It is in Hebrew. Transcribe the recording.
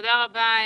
תודה רבה,